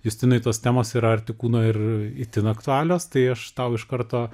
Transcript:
justinui tos temos yra arti kūno ir itin aktualios tai aš tau iš karto